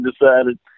decided